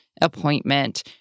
appointment